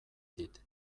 dit